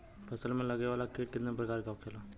फसल में लगे वाला कीट कितने प्रकार के होखेला?